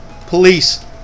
Police